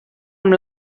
amb